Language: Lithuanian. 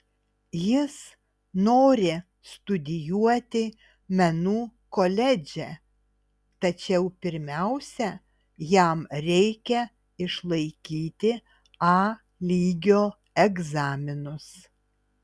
jis nori studijuoti menų koledže tačiau pirmiausia jam reikia išlaikyti a lygio egzaminus